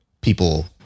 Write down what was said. people